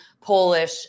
Polish